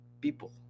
people